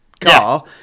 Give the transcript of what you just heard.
car